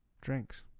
drinks